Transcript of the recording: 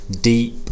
deep